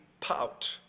pout